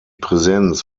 präsenz